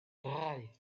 drei